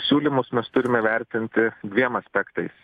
siūlymus mes turime vertinti dviem aspektais